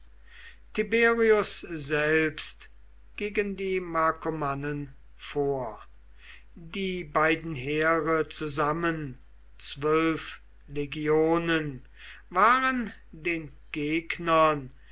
tiberius selbst gegen die markomannen vor die beiden heere zusammen zwölf legionen waren den gegnern